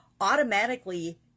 automatically